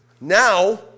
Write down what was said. Now